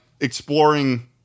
exploring